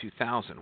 2000